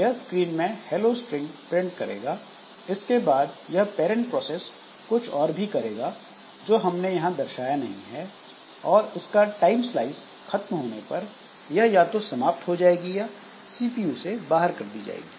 यह स्क्रीन में hello string print करेगा इसके बाद यह पैरंट प्रोसेस कुछ और भी करेगी जो यहां हमने दर्शाया नहीं है और इसका टाइम स्लाइस खत्म होने पर यह या तो समाप्त हो जाएगी या सीपीयू से बाहर कर दी जाएगी